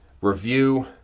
review